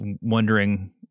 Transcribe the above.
wondering